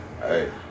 Hey